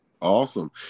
Awesome